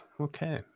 Okay